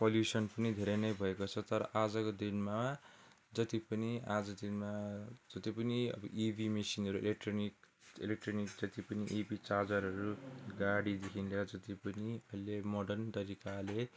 pollution पनि धेरै नै भएको छ तर आजको दिनमा जति पनि आज दिनमा जति पनि अब ई बी मसिनहरू इलेक्ट्रोनिक इलेक्ट्रोनिक जति पनि ई बी चार्जरहरू गाडीदेखि लिएर जति पनि अहिले मोर्डन तरिकाले